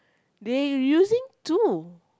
they using two